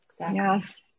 Yes